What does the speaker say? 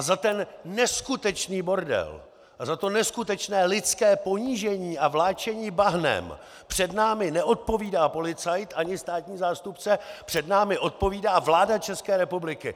Za ten neskutečný bordel a za to neskutečné lidské ponížení a vláčení bahnem před námi neodpovídá policajt ani státní zástupce, před námi odpovídá vláda České republiky!